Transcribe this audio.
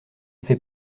fais